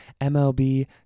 MLB